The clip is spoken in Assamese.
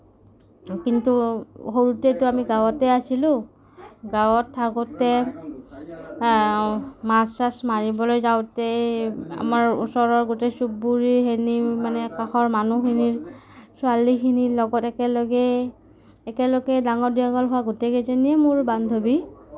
কিন্তু সৰুতেটো আমি গাঁৱতে আছিলোঁ গাঁৱত থাকোঁতে মাছ চাছ মাৰিবলৈ যাওঁতে আমাৰ ওচৰৰ গোটেই চুবুৰীৰখিনি মানে কাষৰ মানুহখিনি ছোৱালীখিনিৰ লগত একেলগেই একেলগে ডাঙৰ দীঘল হোৱা গোটেইকেইজনীয়েই মোৰ বান্ধৱী